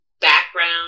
background